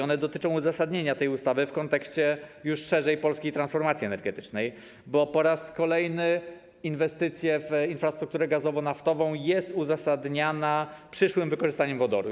One dotyczą uzasadnienia tej ustawy w kontekście już szerzej polskiej transformacji energetycznej, bo po raz kolejny inwestycja w infrastrukturę gazowo-naftową jest uzasadniana przyszłym wykorzystaniem wodoru.